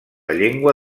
llengua